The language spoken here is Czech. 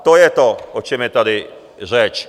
To je to, o čem je tady řeč.